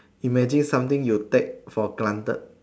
imagine something you take for granted